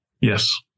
Yes